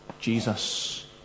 Jesus